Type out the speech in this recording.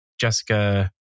jessica